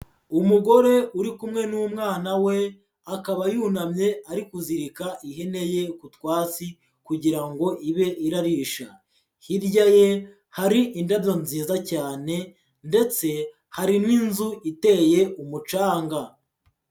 Umugore uri kumwe n'umwana we akaba yunamye ari kuzirika ihene ye ku twatsi kugira ngo ibe irarisha, hirya ye hari indado nziza cyane ndetse hari n'inzu iteye umucanga.